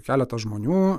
keletas žmonių